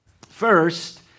First